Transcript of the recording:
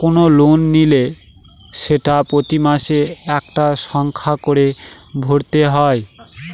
কোনো লোন নিলে সেটা প্রতি মাসে একটা সংখ্যা করে ভরতে হয়